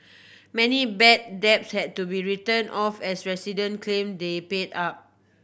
many bad debts had to be written off as resident claim they paid up